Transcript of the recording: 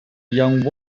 young